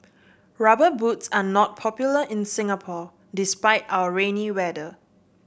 rubber boots are not popular in Singapore despite our rainy weather